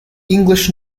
english